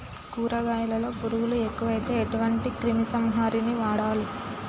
కూరగాయలలో పురుగులు ఎక్కువైతే ఎటువంటి క్రిమి సంహారిణి వాడాలి?